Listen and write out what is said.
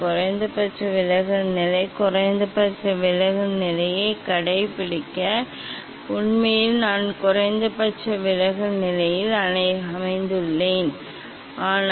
குறைந்தபட்ச விலகல் நிலை குறைந்தபட்ச விலகல் நிலையை கண்டுபிடிக்க உண்மையில் நான் குறைந்தபட்ச விலகல் நிலையில் அமைத்துள்ளேன் ஆனால்